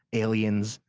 aliens,